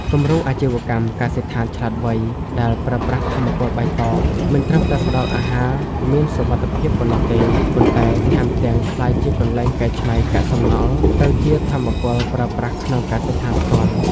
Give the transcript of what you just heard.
គំរូអាជីវកម្ម "កសិដ្ឋានឆ្លាតវៃ" ដែលប្រើប្រាស់ថាមពលបៃតង មិនត្រឹមតែផ្ដល់អាហារមានសុវត្ថិភាពប៉ុណ្ណោះទេ ប៉ុន្តែថែមទាំងក្លាយជាកន្លែងកែច្នៃកាកសំណល់ទៅជាថាមពលប្រើប្រាស់ក្នុងកសិដ្ឋានផ្ទាល់។